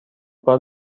بار